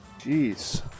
Jeez